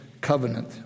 covenant